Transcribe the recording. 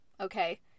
Okay